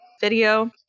video